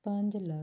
ਪੰਜ ਲੱਖ